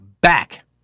back